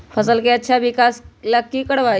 फसल के अच्छा विकास ला की करवाई?